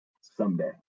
Someday